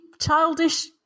childish